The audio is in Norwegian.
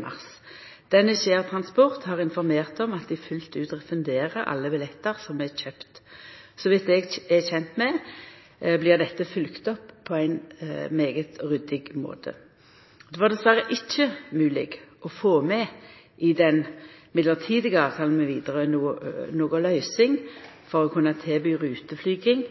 mars. Danish Air Transport har informert om at dei fullt ut refunderer alle billettar som er kjøpte. Etter det eg veit, blir dette følgt opp på ein svært ryddig måte. Det var dessverre ikkje mogleg i den mellombelse avtalen med Widerøe å få med noka løysing for å kunne tilby ruteflyging